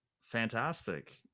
Fantastic